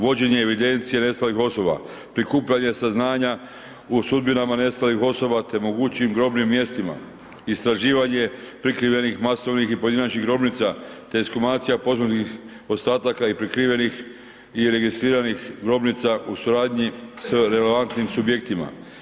Vođenje evidencije nestalih osoba, prikupljanje saznanja o sudbinama nestalih osoba te mogućim grobnim mjestima, istraživanje prikrivenih masovnih i pojedinačnih grobnica te ekshumacija posmrtnih ostataka i prikrivenih i registriranih grobnica u suradnji s relevantnim subjektima.